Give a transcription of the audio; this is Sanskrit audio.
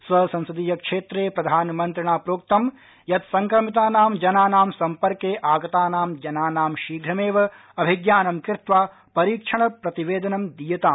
स्वसंसदीय क्षेत्रे प्रधानमन्त्रिणा प्रोक्तं यत् संक्रमितानां जनानां सम्पर्के आगतानां जनानां शीघ्रमेव अभिज्ञानं कृत्वा परीक्षण प्रतिवेदनं दीयताम